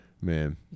Man